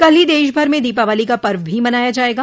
कल ही देश भर में दीपावली का पर्व भी मनाया जायेगा